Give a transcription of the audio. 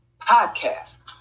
podcast